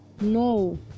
no